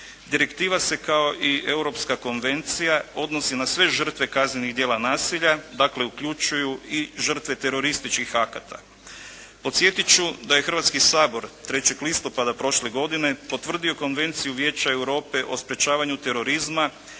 Direktiva se kao i Europska konvencija odnosi na sve žrtve kaznenih djela nasilja dakle uključuju i žrtve terorističkih akata. Podsjetit ću da je Hrvatski sabor 3. listopada prošle godine potvrdio Konvenciju Vijeća Europe o sprečavanju terorizma